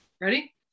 Ready